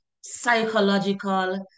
psychological